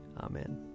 Amen